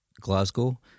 Glasgow